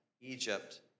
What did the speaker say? Egypt